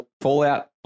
Fallout